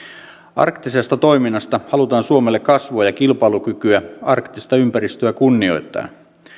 arktisesta toiminnasta halutaan suomelle kasvua ja kilpailukykyä arktista ympäristöä kunnioittaen